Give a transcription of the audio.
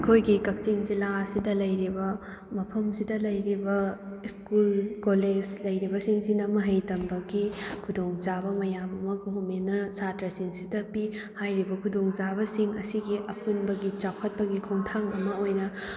ꯑꯩꯈꯣꯏꯒꯤ ꯀꯛꯆꯤꯡ ꯖꯤꯂꯥ ꯑꯁꯤꯗ ꯂꯩꯔꯤꯕ ꯃꯐꯝꯁꯤꯗ ꯂꯩꯔꯤꯕ ꯁ꯭ꯀꯨꯜ ꯀꯣꯂꯦꯖ ꯂꯩꯔꯤꯕꯁꯤꯡꯁꯤꯅ ꯃꯍꯩ ꯇꯝꯕꯒꯤ ꯈꯨꯗꯣꯡꯆꯥꯕ ꯃꯌꯥꯝ ꯑꯃ ꯒꯣꯔꯃꯦꯟꯅ ꯁꯥꯇ꯭ꯔꯁꯤꯡꯁꯤꯗ ꯄꯤ ꯍꯥꯏꯔꯤꯕ ꯈꯨꯗꯣꯡꯆꯥꯕꯁꯤꯡ ꯑꯁꯤꯒꯤ ꯑꯄꯨꯟꯕꯒꯤ ꯆꯥꯎꯈꯠꯄꯒꯤ ꯈꯣꯡꯊꯥꯡ ꯑꯃ ꯑꯣꯏꯅ